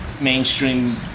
mainstream